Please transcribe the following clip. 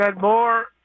more